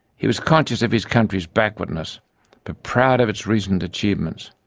he was conscious of his country's backwardness but proud of its recent achievements,